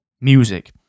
music